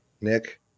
Nick